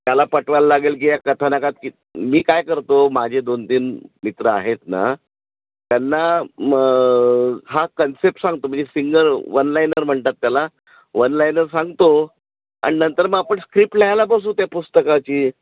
त्याला पटवायला लागेल की या कथाानकात कित मी काय करतो माझे दोन तीन मित्र आहेत ना त्यांना म हा कन्सेप्ट सांगतो म्हणजे सिंगल वन लायनर म्हणतात त्याला वन लायनर सांगतो अन नंतर मग आपण स्क्रिप्ट लिहायला बसू त्या पुस्तकाची